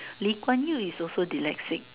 Lee-Kuan-Yew is also dyslexic